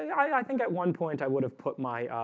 i think at one point i would have put my